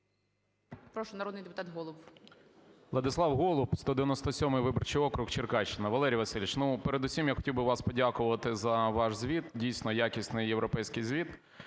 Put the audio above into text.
Прошу, народний депутат Голуб. 11:31:01 ГОЛУБ В.В. Владислав Голуб, 197 виборчий округ, Черкащина. Валерій Васильович, ну, передусім я хотів би вам подякувати за ваш звіт. Дійсно, якісний і європейський звіт.